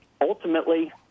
ultimately